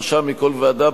שלושה מכל ועדה,